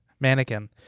mannequin